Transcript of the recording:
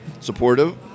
supportive